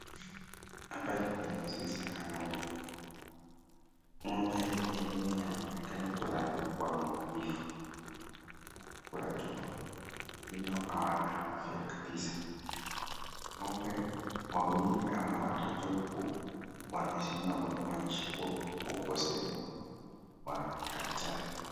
Hapa ni kwenye zizi ya ng'ombe. Ng'ombe yenyewe yanaonekana kulala kwa maumivu. Wengine wamefura tumbo, wengine hawana afya kabisa. Ng'ombe wawili ama watatu wamesimama kuonyesha kuwa kuna ukosefu wa daktari.